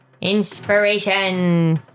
inspiration